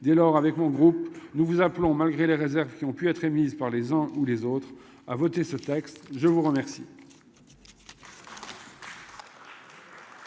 dès lors avec mon groupe nous vous appelons malgré les réserves qui ont pu être émises par les uns ou les autres à voter ce texte. Je vous remercie.